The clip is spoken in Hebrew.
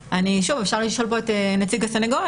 שוב, אפשר לשאול פה את נציג הסנגוריה.